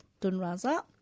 Dunraza